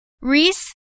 Reese